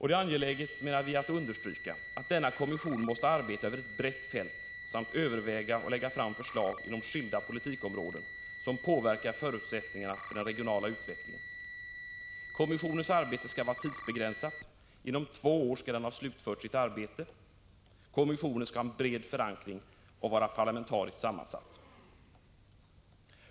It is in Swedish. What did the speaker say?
Det är angeläget att understryka att denna kommission måste arbeta över ett brett fält samt överväga och lägga fram förslag inom skilda politikområden som påverkar förutsättningarna för den regionala utvecklingen. Kommissionens arbete skall vara tidsbegränsat — inom två år skall den ha slutfört sitt uppdrag. Kommissionen skall ha en bred förankring och vara parlamentariskt sammansatt.